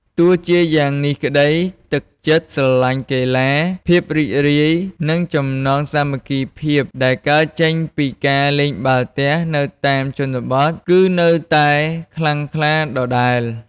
ទោះជាយ៉ាងនេះក្ដី ទឹកចិត្តស្រឡាញ់កីឡា ភាពរីករាយ និងចំណងសាមគ្គីភាពដែលកើតចេញពីការលេងបាល់ទះនៅតាមជនបទគឺនៅតែខ្លាំងក្លាដដែល។